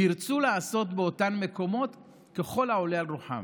וירצו לעשות באותם מקומות ככל העולה על רוחם.